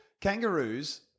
Kangaroos